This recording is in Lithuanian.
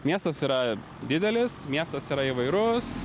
miestas yra didelis miestas yra įvairus